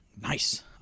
Nice